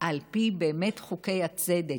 על פי באמת חוקי הצדק,